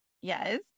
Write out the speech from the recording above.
Yes